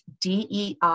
DEI